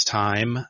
time